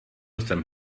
jsem